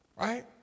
Right